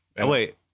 wait